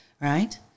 right